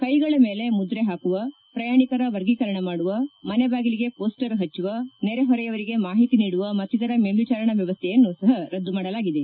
ಕೈಗಳ ಮೇಲೆ ಮುದ್ರೆ ಹಾಕುವ ಪ್ರಯಾಣಿಕರ ವರ್ಗೀಕರಣ ಮಾಡುವ ಮನೆ ಬಾಗಿಲಿಗೆ ಷೋಸ್ಸರ್ ಹಬ್ಬವ ನೆರೆ ಹೊರೆಯವರಿಗೆ ಮಾಹಿತಿ ನೀಡುವ ಮತ್ತಿತರ ಮೇಲ್ಲಿಚಾರಣಾ ವ್ಚವಸ್ಥೆಯನ್ನು ಸಹ ರದ್ಗು ಮಾಡಲಾಗಿದೆ